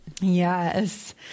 Yes